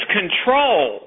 control